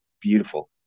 beautiful